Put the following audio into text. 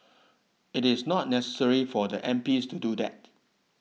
it's not necessary for the M P to do that